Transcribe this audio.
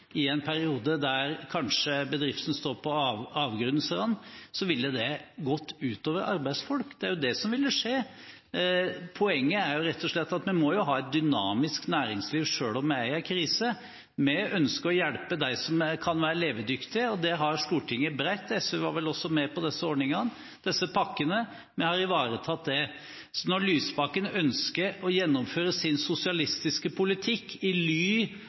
i en periode der kanskje bedriften står på avgrunnens rand, ville det gått ut over arbeidsfolk. Det er jo det som ville skje. Poenget er jo rett og slett at vi må ha et dynamisk næringsliv selv om vi er i en krise. Vi ønsker å hjelpe dem som kan være levedyktige, og det har Stortinget bredt ivaretatt. SV var vel også med på disse ordningene, disse pakkene. Vi har ivaretatt det. Så når Lysbakken ønsker å gjennomføre sin sosialistiske politikk – i ly